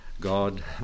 God